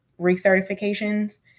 recertifications